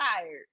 tired